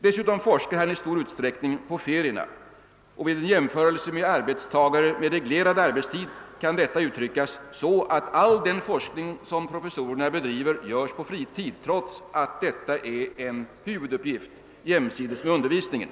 Dessutom forskar han i stor utsträckning på ferierna, och vid en jämförelse med arbetstagare med reglerad arbetstid kan detta uttryckas så att all den forskning som professorerna bedriver görs på fritiden, trots att den är en huvuduppgift jämsides med undervisningen.